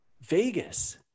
Vegas